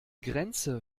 grenze